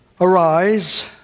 Arise